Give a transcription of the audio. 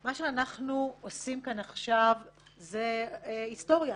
מה שאנחנו עושים כאן עכשיו זה היסטוריה.